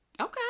Okay